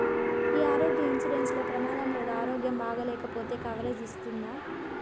ఈ ఆరోగ్య ఇన్సూరెన్సు లో ప్రమాదం లేదా ఆరోగ్యం బాగాలేకపొతే కవరేజ్ ఇస్తుందా?